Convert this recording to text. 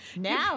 now